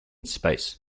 space